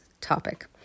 topic